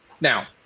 Now